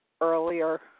earlier